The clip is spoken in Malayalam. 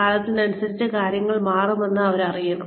കാലത്തിനനുസരിച്ച് കാര്യങ്ങൾ മാറുമെന്ന് അവർ അറിയണം